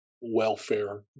welfare